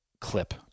clip